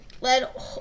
let